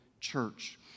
church